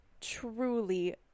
truly